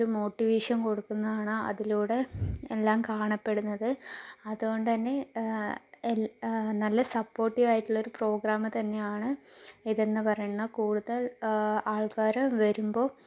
ഒരു മോട്ടിവേഷൻ കൊടുക്കുന്നതാണ് അതിലൂടെ എല്ലാം കാണപ്പെടുന്നത് അതുകൊണ്ടുതന്നെ എ നല്ല സപ്പോർട്ടീവായിട്ടുള്ള ഒരു പ്രോഗ്രാമുതന്നെയാണ് ഇതെന്ന് പറയണത് കൂടുതൽ ആൾക്കാർ വരുമ്പോൾ